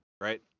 right